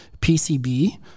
PCB